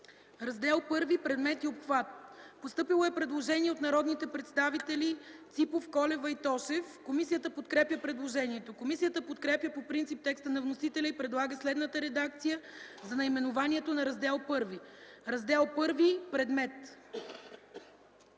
„Раздел І – Предмет и обхват.” Постъпило е предложение от народните представители Ципов, Колева и Тошев. Комисията подкрепя предложението. Комисията подкрепя по принцип текста на вносителя и предлага следната редакция за наименованието на Раздел І: „Рездел І – Предмет.”